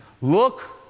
look